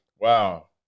Wow